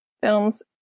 films